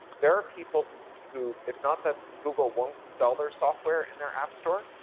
there are people who who it's not that google won't sell their software in their app store,